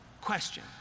question